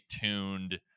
tuned